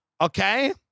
Okay